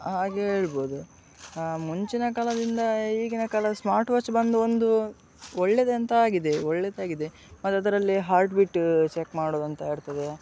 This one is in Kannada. ಹಾಗೆ ಹೇಳ್ಬೋದು ಮುಂಚಿನ ಕಾಲದಿಂದ ಈಗಿನ ಕಾಲದ ಸ್ಮಾರ್ಟ್ ವಾಚ್ ಬಂದು ಒಂದು ಒಳ್ಳೆದಂತು ಆಗಿದೆ ಒಳ್ಳೆದಾಗಿದೆ ಆದರೆ ಅದರಲ್ಲಿ ಹಾರ್ಟ್ ಬೀಟ್ ಚೆಕ್ ಮಾಡೋದಂತ ಇರ್ತದೆ